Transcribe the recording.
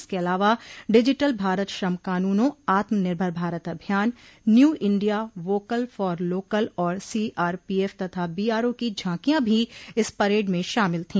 इसके अलावा डिजिटल भारत श्रम कानूनों आत्म निर्भर भारत अभियान new India vocal for local और सीआरपीएफ तथा बीआरओ की झांकिया भी इस परेड में शामिल थी